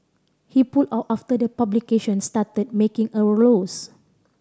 he pulled out after the publication started making a loss